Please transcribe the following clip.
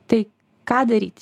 tai ką daryti